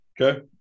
Okay